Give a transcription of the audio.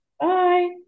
Bye